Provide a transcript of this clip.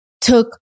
took